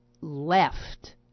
left